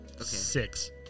Six